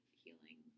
healing